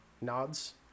nods